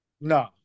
No